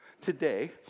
today